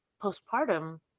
postpartum